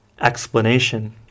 Explanation